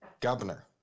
governor